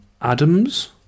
Adams